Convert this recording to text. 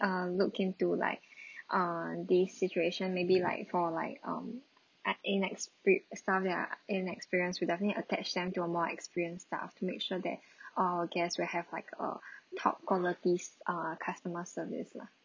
uh look into like err this situation maybe like for like um at inexp~ staff ya inexperience we'll definitely attach them to a more experienced staff to make sure that all guests will have like uh top qualities err customer service lah